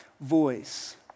voice